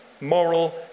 moral